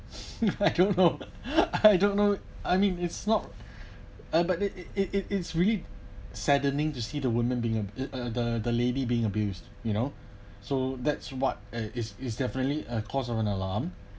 I don't know I don't know I mean it's not uh but it it it it's really saddening to see the women being uh uh the the lady being abused you know so that's what it is is definitely a cause of an alarm